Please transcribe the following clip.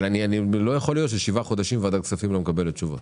לא יכול להיות ששבעה חודשים ועדת כספים לא מקבלת תשובות.